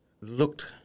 looked